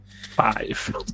five